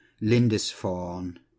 Lindisfarne